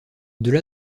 delà